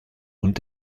und